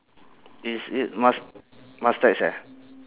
is it moust~ moustache eh